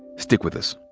stick with us.